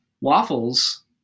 Waffles